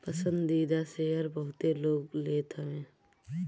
पसंदीदा शेयर बहुते लोग लेत हवे